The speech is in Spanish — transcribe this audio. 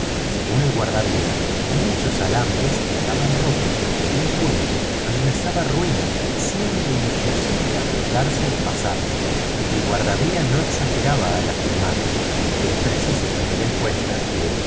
según el guardavía muchos alambres estaban rotos y el puente amenazaba ruina siendo imposible arriesgarse y pasarlo el guadavía no exageraba al afirmarlo y es preciso tener en cuenta que